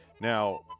Now